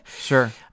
sure